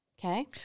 Okay